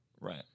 Right